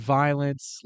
violence